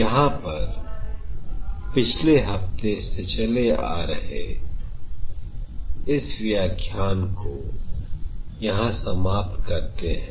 यहां पर पिछले हफ्ते से चले आ रहे इस व्याख्यान को यहां समाप्त करते हैं